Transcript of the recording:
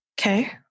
Okay